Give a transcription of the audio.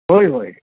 होय होय